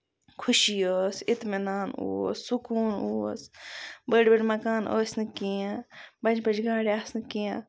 خوشی ٲس اِطعمِنان اوس سٔکوٗن اوس بٔڑۍ بٔڑۍ مَکانہٕ ٲسۍ نہٕ کیٚنہہ بَجہِ بَجہِ گاڑِ آسہٕ نہٕ کیٚنہہ